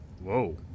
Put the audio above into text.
Whoa